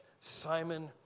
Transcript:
Simon